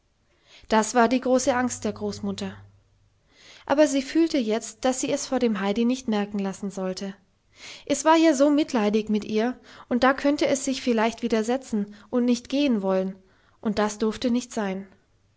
das war die große angst der großmutter aber sie fühlte jetzt daß sie es vor dem heidi nicht merken lassen sollte es war ja so mitleidig mit ihr und da könnte es sich vielleicht widersetzen und nicht gehen wollen und das durfte nicht sein